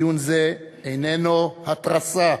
דיון זה איננו התרסה